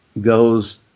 goes